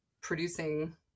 producing